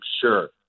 sure